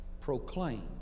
proclaim